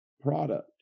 product